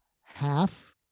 half